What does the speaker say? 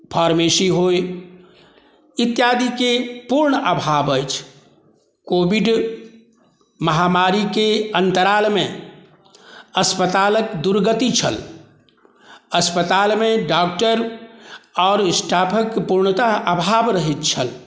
pharmacy होइ इत्यादिके पुर्ण आभाव अछि कोविड महामारीके अन्तरालमे अस्पतालक दुर्गति छल अस्पतालमे डॉक्टर आओर स्टाफके पुर्णतः आभाव रहैत छल